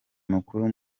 mukuru